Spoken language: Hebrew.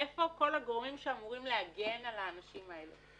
איפה כל הגורמים שאמורים להגן על האנשים האלה?